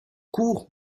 cours